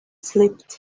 slipped